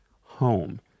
home